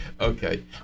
Okay